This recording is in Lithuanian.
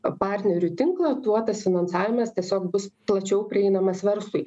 partnerių tinklą tuo tas finansavimas tiesiog bus plačiau prieinamas verslui